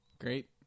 Great